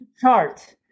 chart